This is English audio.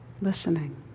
Listening